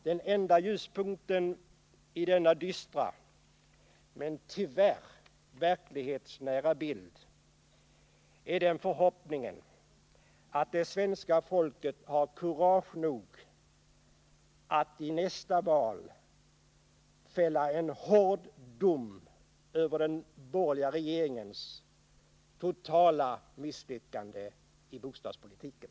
Den enda ljuspunkten i denna dystra — men tyvärr verklighetsnära — bild är den förhoppningen att det svenska folket har kurage nog att i nästa val fälla en hård dom över den borgerliga regeringens totala misslyckande i bostadspolitiken.